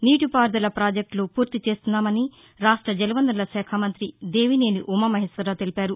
నీటి పారుదల పాజెక్టులు పూర్తి చేస్తున్నామని రాష్ట జలవనరుల శాఖ మంతి దేవినేని ఉమామహేశ్వరరావు తెలిపారు